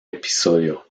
episodio